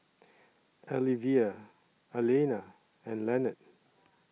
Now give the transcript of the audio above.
Alyvia Alayna and Lenard